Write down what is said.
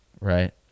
right